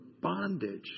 bondage